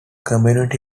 community